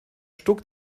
stuck